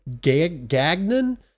Gagnon